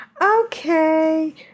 okay